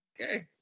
Okay